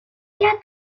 quatre